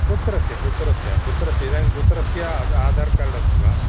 पुत्रस्य पुत्रस्य पुत्रस्य इदानीं पुत्रस्य आधारः कार्ड् अस्ति वा